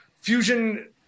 fusion